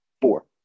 four